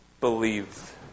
believe